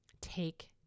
take